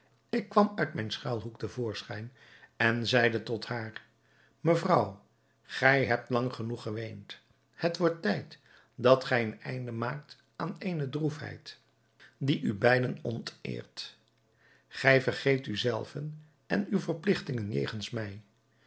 ik kwam uit mijn schuilhoek te voorschijn en zeide tot haar mevrouw gij hebt lang genoeg geweend het wordt tijd dat gij een einde maakt aan eene droefheid die u beiden onteert gij vergeet u zelven en uwe verpligtingen jegens mij